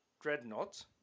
dreadnought